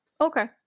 Okay